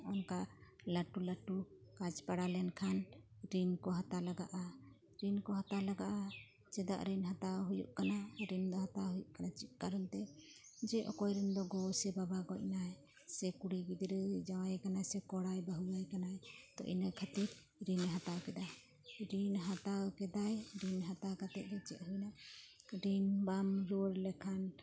ᱚᱱᱠᱟ ᱞᱟᱴᱩ ᱞᱟᱴᱩ ᱠᱟᱡᱽ ᱯᱟᱲᱟᱣ ᱞᱮᱱᱠᱷᱟᱱ ᱨᱤᱱ ᱠᱚ ᱦᱟᱛᱟᱣ ᱞᱟᱜᱟᱜᱼᱟ ᱨᱤᱱ ᱠᱚ ᱦᱟᱛᱟᱣ ᱞᱟᱜᱟᱜᱼᱟ ᱪᱮᱫᱟᱜ ᱨᱤᱱ ᱦᱟᱛᱟᱣ ᱦᱩᱭᱩᱜ ᱠᱟᱱᱟ ᱨᱤᱱ ᱫᱚ ᱦᱟᱛᱟᱣ ᱠᱟᱱᱟ ᱪᱮᱫ ᱠᱟᱨᱚᱱᱛᱮ ᱡᱮ ᱚᱠᱚᱭ ᱨᱮᱱ ᱫᱚ ᱜᱚ ᱥᱮ ᱵᱟᱵᱟ ᱜᱚᱡ ᱱᱟᱭ ᱥᱮ ᱠᱩᱲᱤ ᱜᱤᱫᱽᱨᱟᱹ ᱡᱟᱶᱟᱭᱮ ᱠᱟᱱᱟ ᱥᱮ ᱠᱚᱲᱟᱭ ᱵᱟᱦᱩᱣᱟᱭ ᱠᱟᱱᱟᱭ ᱛᱚ ᱤᱱᱟᱹ ᱠᱷᱟᱹᱛᱤᱨ ᱨᱤᱱᱮ ᱦᱟᱛᱟᱣ ᱠᱮᱫᱟ ᱨᱤᱱ ᱦᱟᱛᱟᱣ ᱠᱮᱫᱟᱭ ᱨᱤᱱ ᱦᱟᱛᱟᱣ ᱠᱟᱛᱮᱫ ᱪᱮᱫ ᱦᱩᱭᱱᱟ ᱨᱤᱱ ᱵᱟᱢ ᱨᱩᱣᱟᱹᱲ ᱞᱮᱠᱷᱟᱱ